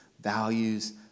values